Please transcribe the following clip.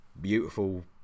beautiful